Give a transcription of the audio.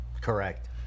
correct